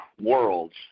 worlds